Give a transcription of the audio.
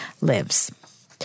lives